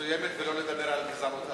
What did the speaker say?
מסוימת ולא על גזענות אחרת?